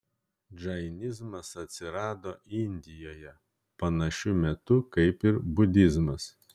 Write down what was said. džainizmas atsirado indijoje panašiu metu kaip ir budizmas